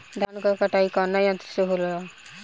धान क कटाई कउना यंत्र से हो?